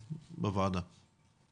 בוועדה.